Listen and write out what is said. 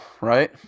right